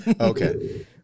Okay